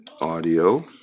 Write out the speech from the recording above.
audio